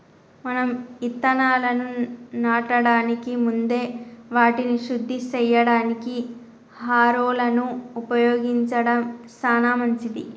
మనం ఇత్తనాలను నాటడానికి ముందే వాటిని శుద్ది సేయడానికి హారొలను ఉపయోగించడం సాన మంచిది